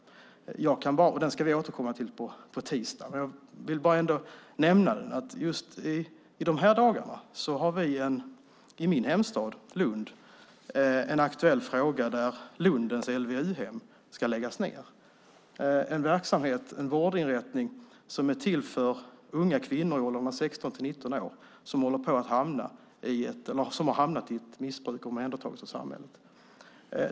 Den ska vi återkomma till på tisdag, men jag vill ändå nämna att vi just i dessa dagar har en aktuell fråga i min hemstad Lund. Lundens LVU-hem ska nämligen läggas ned. Det är en verksamhet, en vårdinrättning, som är till för unga kvinnor i åldrarna 16-19 år som har hamnat i ett missbruk och omhändertagits av samhället.